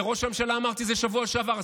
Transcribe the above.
לראש הממשלה אמרתי את זה בשבוע שעבר.